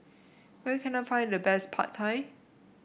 where can I find the best Pad Thai